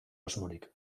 asmorik